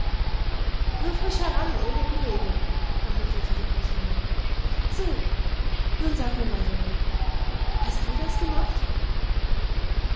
nur frisch heran ohne umwege ermunterte die großmama so nun sag mir mal junge hast du das gemacht